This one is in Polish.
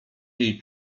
jej